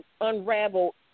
unraveled